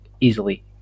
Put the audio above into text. easily